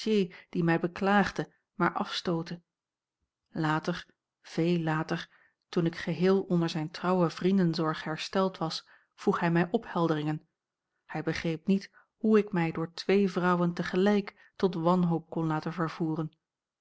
die mij beklaagde maar afstootte later veel later toen ik geheel onder zijne trouwe vriendenzorg hersteld was vroeg hij mij ophelderingen hij begreep niet hoe ik mij door twee vrouwen tegelijk tot wanhoop kon laten vervoeren